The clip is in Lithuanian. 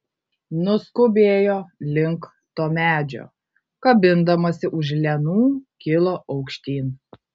nuskubėjo link to medžio kabindamasi už lianų kilo aukštyn